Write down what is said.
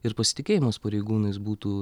ir pasitikėjimas pareigūnais būtų